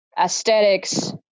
aesthetics